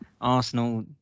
Arsenal